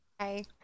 Hi